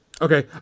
Okay